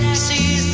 see